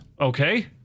Okay